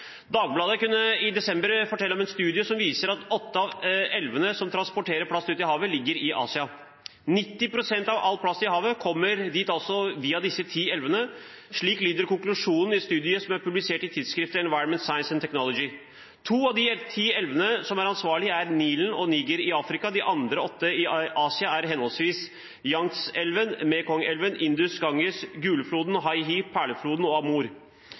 Dagbladet kunne i desember fortelle om en studie som viser at åtte av elvene som transporterer plast ut i havet, ligger i Asia. 90 pst. av all plast i havet kommer dit altså via disse ti elvene. Slik lyder konklusjonen i studien som er publisert i tidsskriftet Environmental Science & Technology. To av de ti elvene som er ansvarlige, er Nilen og Niger i Afrika. De andre åtte, i Asia, er Yangtze-elven, Mekong-elven, Indus, Ganges, Gulfloden, Hai He, Perlefloden og